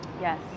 Yes